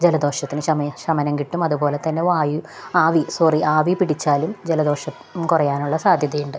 ജലദോഷത്തിനു ശമനം കിട്ടും അതുപോലെ തന്നെ വായു ആവി സോറി ആവി പിടിച്ചാലും ജലദോഷം കുറയാനുള്ള സാധ്യതയുണ്ട്